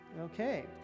Okay